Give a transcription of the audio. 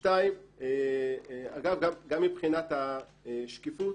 אגב, גם מבחינת השקיפות,